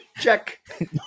Check